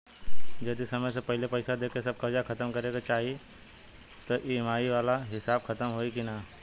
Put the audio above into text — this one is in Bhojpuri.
जदी समय से पहिले पईसा देके सब कर्जा खतम करे के चाही त ई.एम.आई वाला हिसाब खतम होइकी ना?